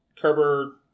Kerber